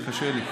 זה קשה לי.